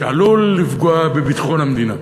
שעלול לפגוע בביטחון המדינה.